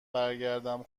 برگردم